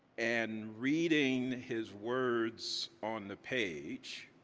and reading his words on the page